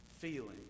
feeling